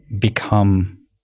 become